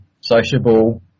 sociable